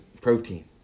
Protein